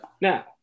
Now